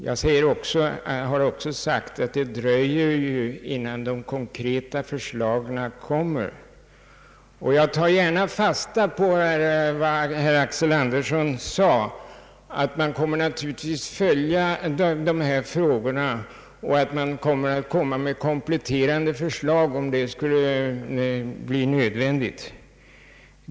Jag har också sagt att det dröjer innan de konkreta förslagen kommer. Jag tar gärna fasta på vad herr Axel Andersson sade, nämligen att man naturligtvis kommer att följa dessa frågor och avser att lämna kompletterande förslag, om det blir nödvändigt.